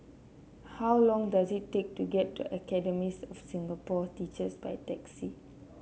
how long does it take to get to Academy of Singapore Teachers by taxi